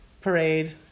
Parade